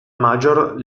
major